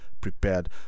prepared